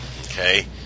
okay